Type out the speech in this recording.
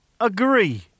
Agree